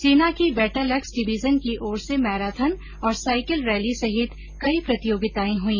सेना की battle axe division की ओर से मैराथन और साईकिल रैली सहित कई प्रतियोगिताएं हुई